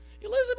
Elizabeth